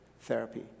therapy